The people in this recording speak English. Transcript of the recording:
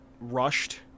rushed